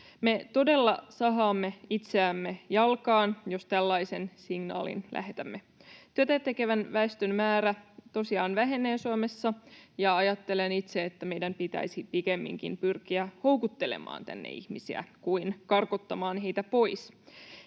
Me todella sahaamme itseämme jalkaan, jos tällaisen signaalin lähetämme. Työtä tekevän väestön määrä tosiaan vähenee Suomessa, ja itse ajattelen, että meidän pitäisi pikemminkin pyrkiä houkuttelemaan tänne ihmisiä kuin karkottamaan heitä pois.